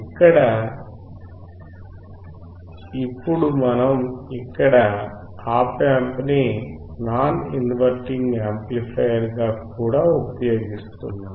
ఇప్పుడు మనం ఇక్కడ ఆప్ యాంప్ ని నాన్ ఇంవర్టింగ్ యాంప్లిఫైయర్ గా కూడా ఉపయోగిస్తున్నాము